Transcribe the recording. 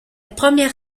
première